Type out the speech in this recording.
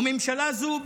וממשלה זו,